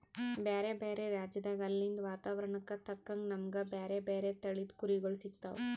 ಬ್ಯಾರೆ ಬ್ಯಾರೆ ರಾಜ್ಯದಾಗ್ ಅಲ್ಲಿಂದ್ ವಾತಾವರಣಕ್ಕ್ ತಕ್ಕಂಗ್ ನಮ್ಗ್ ಬ್ಯಾರೆ ಬ್ಯಾರೆ ತಳಿದ್ ಕುರಿಗೊಳ್ ಸಿಗ್ತಾವ್